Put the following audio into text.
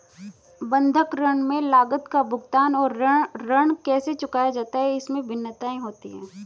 बंधक ऋण में लागत का भुगतान और ऋण कैसे चुकाया जाता है, इसमें भिन्नताएं होती हैं